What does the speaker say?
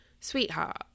sweetheart